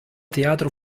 teatro